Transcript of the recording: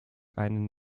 einen